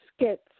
skits